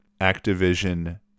Activision